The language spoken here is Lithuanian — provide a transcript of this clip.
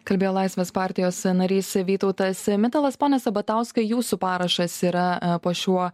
kalbėjo laisvės partijos narys vytautas mitalas pone sabatauskai jūsų parašas yra po šiuo